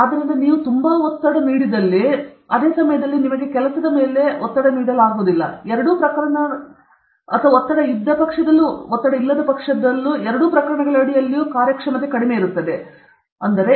ಆದ್ದರಿಂದ ನೀವು ತುಂಬಾ ಒತ್ತು ನೀಡಿದರೆ ಅದೇ ಸಮಯದಲ್ಲಿ ನಿಮಗೆ ಒತ್ತು ನೀಡಲಾಗುವುದಿಲ್ಲ ಈ ಎರಡೂ ಪ್ರಕರಣಗಳ ಅಡಿಯಲ್ಲಿಯೂ ಕಾರ್ಯಕ್ಷಮತೆ ಕಡಿಮೆ ಇರುತ್ತದೆ